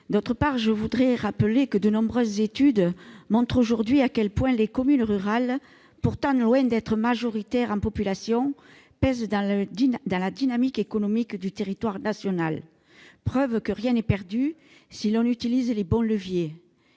Ensuite, je rappellerai que de nombreuses études montrent à quel point les communes rurales, pourtant loin d'être aujourd'hui majoritaires en population, pèsent dans la dynamique économique du territoire national, preuve que rien n'est perdu, si l'on utilise les bons leviers.